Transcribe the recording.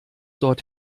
dort